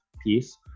piece